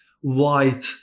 white